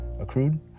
accrued